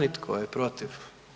I tko je protiv?